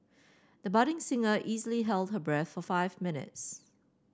the budding singer easily held her breath for five minutes